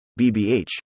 BBH